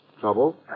Trouble